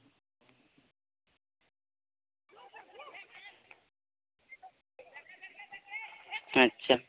ᱟᱪᱪᱷᱟ